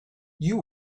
you